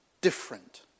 different